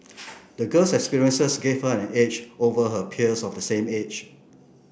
the girl's experiences gave her an edge over her peers of the same age